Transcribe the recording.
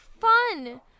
fun